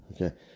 okay